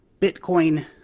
Bitcoin